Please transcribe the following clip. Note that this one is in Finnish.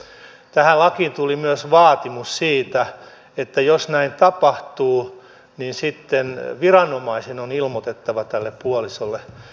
tähän lakiin tuli myös vaatimus siitä että jos näin tapahtuu niin sitten viranomaisen on ilmoitettava tälle puolisolle